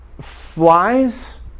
Flies